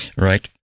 Right